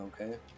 Okay